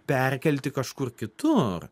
perkelti kažkur kitur